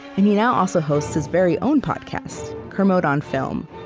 and he now also hosts his very own podcast kermode on film.